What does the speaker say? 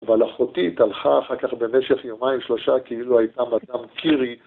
אבל אחותי התהלכה אחר כך במשך יומיים שלושה כאילו הייתה מדאם קירי